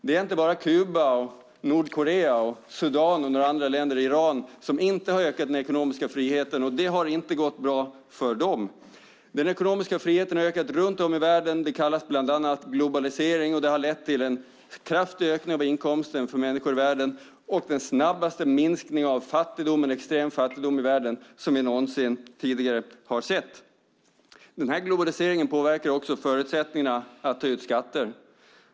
Det är egentligen bara Kuba, Nordkorea, Sudan, Iran och några andra länder som inte har ökat den ekonomiska friheten, och det har inte gått bra för dem. Den ekonomiska friheten har ökat runt om i världen. Det kallas bland annat globalisering, och det har lett till en kraftig ökning av inkomsten för människor i världen och den snabbaste minskning av extrem fattigdom i världen som vi någonsin har sett. Globaliseringen påverkar också förutsättningarna för att ta ut skatter.